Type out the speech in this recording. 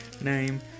name